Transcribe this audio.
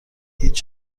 هیچ